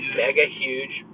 mega-huge